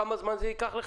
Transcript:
כמה זמן ייקח לכם?